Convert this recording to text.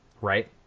Right